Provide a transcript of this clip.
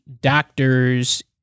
doctors